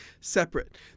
separate